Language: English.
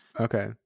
Okay